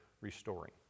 restoring